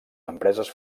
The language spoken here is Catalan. empreses